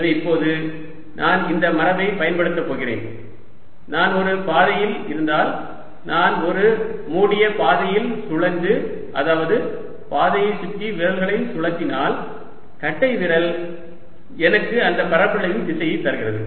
எனவே இப்போது நான் இந்த மரபைப் பயன்படுத்தப் போகிறேன் நான் ஒரு பாதையில் இருந்தால் நான் ஒரு மூடிய பாதையில் சுழன்று அதாவது பாதையைச் சுற்றி விரல்களைச் சுழற்றினால் கட்டைவிரல் எனக்கு அந்தப் பரப்பளவின் திசையைத் தருகிறது